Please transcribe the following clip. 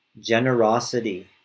Generosity